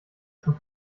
zum